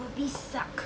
burpees suck